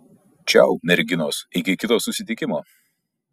čiau merginos iki kito susitikimo